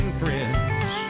friends